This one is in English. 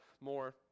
more